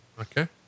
Okay